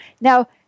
Now